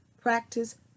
practice